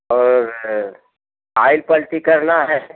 और ऑइल पलटी करना है